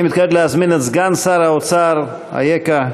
אני מתכבד להזמין את סגן שר האוצר, אייכה?